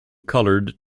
colored